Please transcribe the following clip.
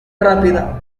rápida